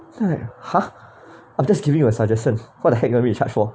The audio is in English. then I'm like !huh! I'm just giving you a suggestion what the heck you want me to charge for